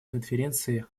конференции